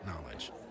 knowledge